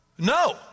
No